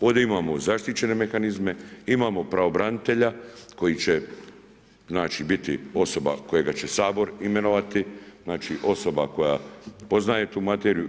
Ovdje imamo zaštićene mehanizme, imamo pravobranitelja koji će biti osoba kojega će Sabor imenovati, znači, osoba koja poznaje tu materiju.